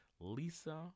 Lisa